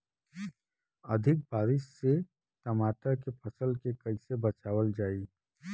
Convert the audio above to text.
अधिक बारिश से टमाटर के फसल के कइसे बचावल जाई?